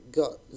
got